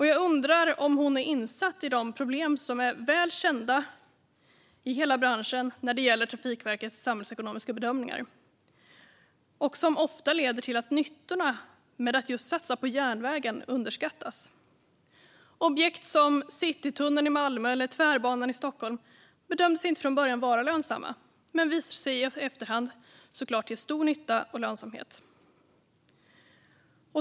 Jag undrar om hon är insatt i de problem som är välkända i hela branschen när det gäller Trafikverkets samhällsekonomiska bedömningar och som ofta leder till att nyttorna med att satsa på järnvägen underskattas. Objekt som Citytunneln i Malmö eller Tvärbanan i Stockholm bedömdes inte från början vara lönsamma men visade sig i efterhand såklart ge stor nytta och lönsamhet.